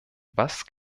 was